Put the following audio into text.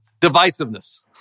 Divisiveness